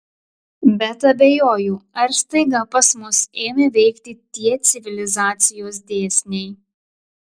bet abejoju ar staiga pas mus ėmė veikti tie civilizacijos dėsniai